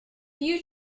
you